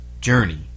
journey